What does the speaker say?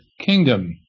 kingdom